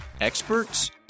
experts